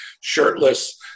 shirtless